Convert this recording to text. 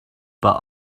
but